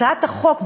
הצעת החוק,